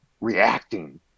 reacting